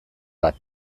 bat